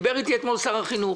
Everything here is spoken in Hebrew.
דיבר איתי אתמול שר החינוך